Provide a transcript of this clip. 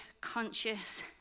conscious